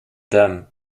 dame